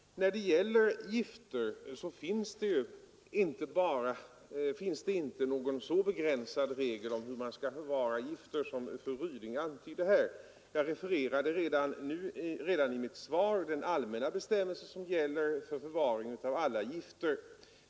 När det gäller gifter finns det inte någon så begränsad regel för förvaringen som fru Ryding antydde. Jag refererade redan i mitt svar den allmänna bestämmelse som gäller för förvaring av gifter.